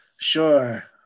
Sure